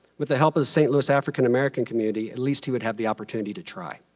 with the help of the st. louis african american community, at least he would have the opportunity to try.